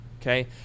okay